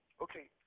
Okay